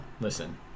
Listen